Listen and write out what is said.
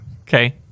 Okay